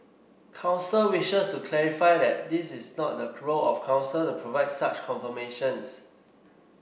council wishes to clarify that this is not the role of Council to provide such confirmations